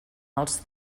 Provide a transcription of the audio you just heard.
els